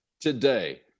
today